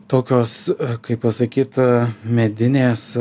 tokios kaip pasakyt medinės